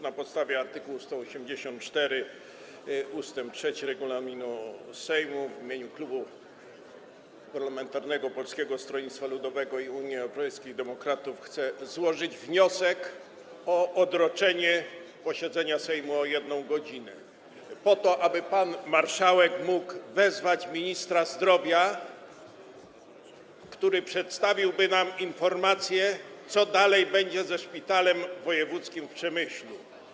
Na podstawie art. 184 ust. 3 regulaminu Sejmu w imieniu klubu parlamentarnego Polskiego Stronnictwa Ludowego i Unii Europejskich Demokratów chcę złożyć wniosek o odroczenie posiedzenia Sejmu o 1 godzinę po to, aby pan marszałek mógł wezwać ministra zdrowia, który przedstawiłby nam informację, co dalej będzie ze szpitalem wojewódzkim w Przemyślu.